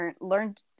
learned